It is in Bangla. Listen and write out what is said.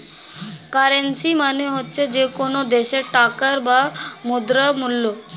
কারেন্সী মানে হচ্ছে যে কোনো দেশের টাকার বা মুদ্রার মূল্য